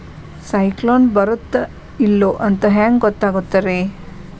ಸೈಕ್ಲೋನ ಬರುತ್ತ ಇಲ್ಲೋ ಅಂತ ಹೆಂಗ್ ಗೊತ್ತಾಗುತ್ತ ರೇ?